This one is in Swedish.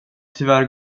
tyvärr